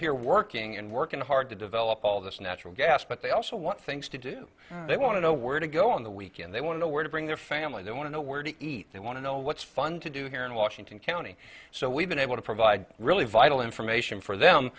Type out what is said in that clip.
here working and working hard to develop all this natural gas but they also want things to do they want to know where to go on the weekend they want to know where to bring their family they want to know where to eat they want to know what's fun to do here in washington county so we've been able to provide really vital information for them